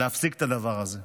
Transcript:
להפסיק את הדבר הזה.